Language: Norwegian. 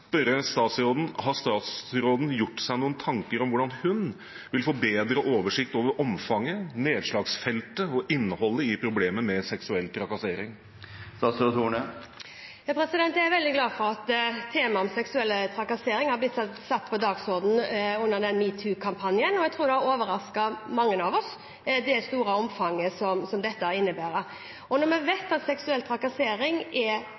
spørre statsråden: Har statsråden gjort seg noen tanker om hvordan hun vil få bedre oversikt over omfanget, nedslagsfeltet og innholdet i problemet med seksuell trakassering? Jeg er veldig glad for at temaet om seksuell trakassering har blitt satt på dagsordenen under #metoo-kampanjen. Jeg tror det store omfanget har overrasket mange av oss. Når vi vet at seksuell trakassering er ulovlig, uakseptabelt, at alle arbeidsgivere har en plikt til å arbeide aktivt mot seksuell trakassering, og vi